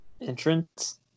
Entrance